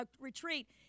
retreat